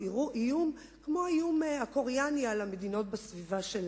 איום כמו האיום הקוריאני על המדינות בסביבה שלה.